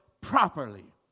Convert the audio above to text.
properly